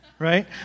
Right